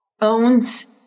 owns